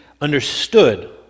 understood